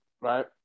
right